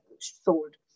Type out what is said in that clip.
sold